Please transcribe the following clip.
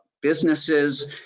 businesses